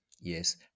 Yes